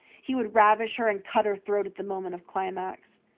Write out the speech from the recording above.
he would ravish her and cut her throat at the moment of climax.